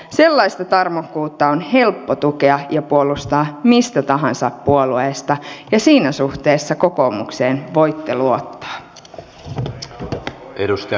sellaista tarmokkuutta on helppo tukea ja puolustaa mistä tahansa puolueesta ja siinä suhteessa kokoomukseen voitte luottaa